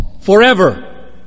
forever